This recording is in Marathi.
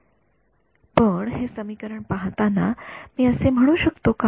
विद्यार्थी काय तेथे असू शकते पण हे समीकरण पाहताना मी असे म्हणू शकतो का